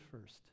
first